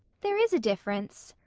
there is a difference,